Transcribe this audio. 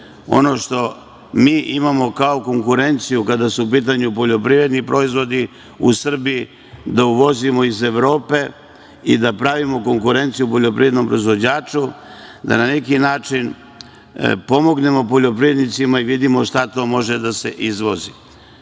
ono što mi imamo kao konkurenciju kada su u pitanju poljoprivredni proizvodi u Srbiji, da uvozimo iz Evrope i da pravimo konkurenciju poljoprivrednom proizvođaču, da na neki način pomognemo poljoprivrednicima i vidimo šta to može da se